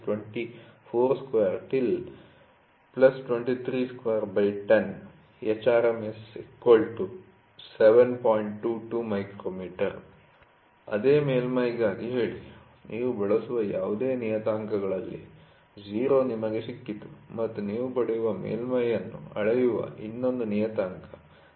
22 µm ಅದೇ ಮೇಲ್ಮೈ'ಗಾಗಿ ಹೇಳಿ ನೀವು ಬಳಸುವ ಯಾವುದೇ ನಿಯತಾಂಕಗಳಲ್ಲಿ 0 ನಿಮಗೆ ಸಿಕ್ಕಿತು ಮತ್ತು ನೀವು ಪಡೆಯುವ ಮೇಲ್ಮೈ ಅನ್ನು ಅಳೆಯುವ ಇನ್ನೊಂದು ನಿಯತಾಂಕ 7